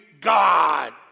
God